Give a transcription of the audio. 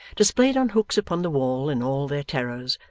displayed on hooks upon the wall in all their terrors,